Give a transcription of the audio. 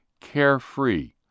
carefree